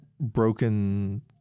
broken